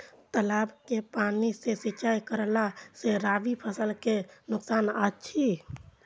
तालाब के पानी सँ सिंचाई करला स रबि फसल के नुकसान अछि?